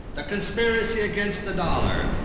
the conspiracy against the dollar,